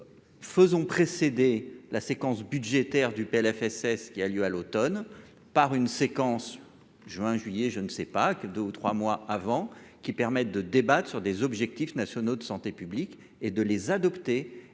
faisons précéder la séquence budgétaire du PLFSS qui a lieu à l'Automne par une séquence, juin, juillet, je ne sais pas que 2 ou 3 mois avant, qui permettent de débattre sur des objectifs nationaux de santé publique et de les adopter